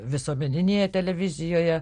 visuomeninėje televizijoje